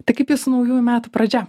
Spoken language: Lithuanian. tai kaip jūsų naujųjų metų pradžia